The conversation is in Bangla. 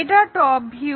এটা টপ ভিউ